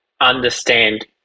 understand